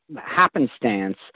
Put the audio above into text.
happenstance